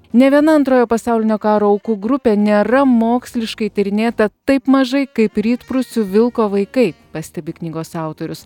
nė viena antrojo pasaulinio karo aukų grupė nėra moksliškai tyrinėta taip mažai kaip rytprūsių vilko vaikai pastebi knygos autorius